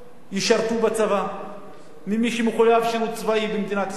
ישרתו בצבא פחות מ-50% ממי שמחויבים בשירות צבאי במדינת ישראל.